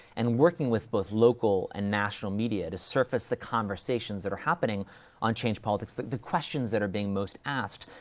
and working with both local and national media to surface the conversations that are happening on change politics, the, the questions that are being most asked,